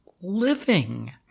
living